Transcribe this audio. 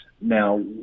Now